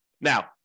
Now